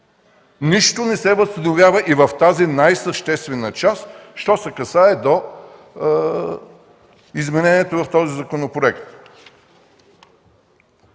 Нищо не се възстановява и в тази най-съществена част, що се касае до изменението в този законопроект.